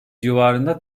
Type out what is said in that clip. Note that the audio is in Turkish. civarında